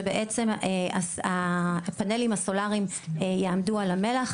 שבעצם הפאנלים הסולאריים יעמדו על המלח,